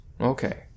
Okay